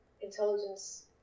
intelligence